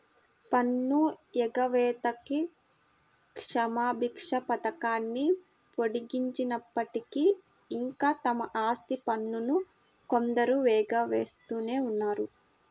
పన్ను ఎగవేతకి క్షమాభిక్ష పథకాన్ని పొడిగించినప్పటికీ, ఇంకా తమ ఆస్తి పన్నును కొందరు ఎగవేస్తూనే ఉన్నారు